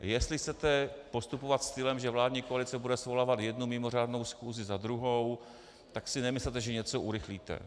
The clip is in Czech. Jestli chcete postupovat stylem, že vládní koalice bude svolávat jednu mimořádnou schůzi za druhou, tak si nemyslete, že něco urychlíte.